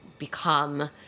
become